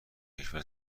کشور